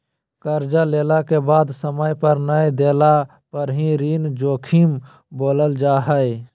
कर्जा लेला के बाद समय पर नय देला पर ही ऋण जोखिम बोलल जा हइ